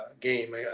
game